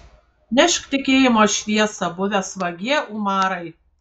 nešk tikėjimo šviesą buvęs vagie umarai